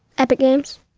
at the games?